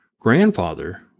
grandfather